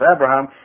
Abraham